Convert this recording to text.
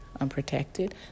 unprotected